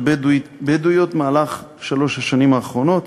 בדואיות: במהלך שלוש השנים האחרונות